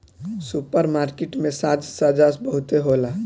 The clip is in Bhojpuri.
सुपर मार्किट में साज सज्जा बहुते होला